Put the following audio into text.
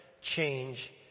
change